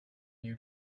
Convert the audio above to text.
you